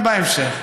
אתה תענה בהמשך.